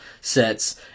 sets